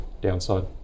downside